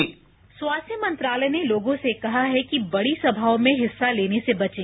sound bite स्वास्थ्य मंत्रालय ने लोगों से कहा है कि बड़ी सभाओं में हिस्सा लेने से बचें